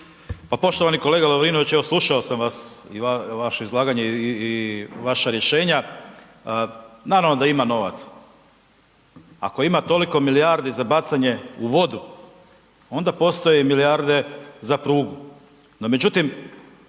Pa poštovani kolega Lovrinović, evo slušao sam vas i vaše izlaganje i vaša rješenja. Naravno da ima novaca, ako ima toliko milijardi za bacanje u vodu, onda postoje i milijarde za prugu.